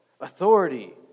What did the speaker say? authority